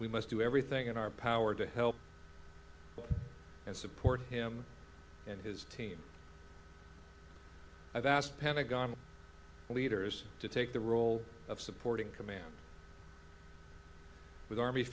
we must do everything in our power to help and support him and his team i've asked pentagon leaders to take the role of supporting command with arm